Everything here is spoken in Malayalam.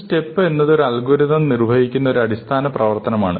ഒരു സ്റ്റെപ് എന്നത് ഒരു അൽഗോരിതം നിർവ്വഹിക്കുന്ന ഒരടിസ്ഥാന പ്രവർത്തനമാണ്